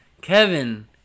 Kevin